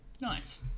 nice